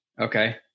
Okay